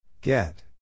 Get